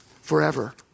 forever